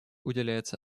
уделяется